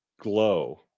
glow